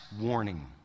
warning